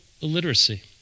illiteracy